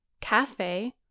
cafe